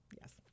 Yes